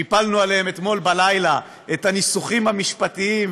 שהפלנו עליו אתמול בלילה את הניסוחים המשפטיים,